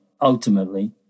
ultimately